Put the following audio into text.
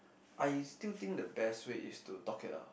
I still think the best way is to talk it out